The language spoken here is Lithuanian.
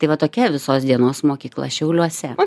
tai va tokia visos dienos mokykla šiauliuose